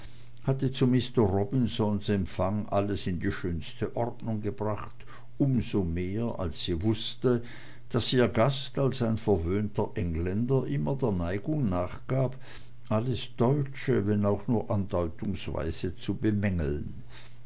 hatte zu mister robinsons empfang alles in die schönste ordnung gebracht um so mehr als sie wußte daß ihr gast als ein verwöhnter engländer immer der neigung nachgab alles deutsche wenn auch nur andeutungsweise zu bemängeln